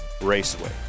Raceway